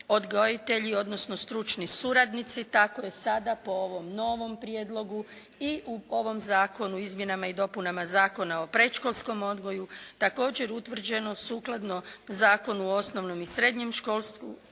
odgojitelji, odnosno stručni suradnici. Tako je sada po ovom novom prijedlogu i u ovom zakonu u izmjenama i dopunama Zakona o predškolskom odgoju, također utvrđeno sukladno Zakonu o osnovnom i srednjem školstvu,